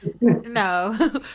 No